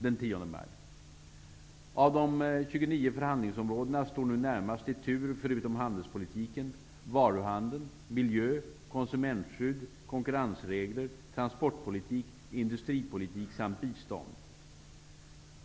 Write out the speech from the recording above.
Av de 29 förhandlingsområdena står nu närmast i tur -- förutom handelspolitiken -- varuhandeln, miljö, konsumentskydd, konkurrensregler, transportpolitik, industripolitik samt bistånd.